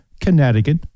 Connecticut